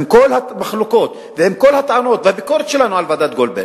עם כל המחלוקות ועם כל הטענות והביקורת שלנו על ועדת-גולדברג,